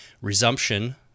resumption